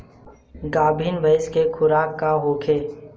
गाभिन भैंस के खुराक का होखे?